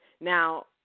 Now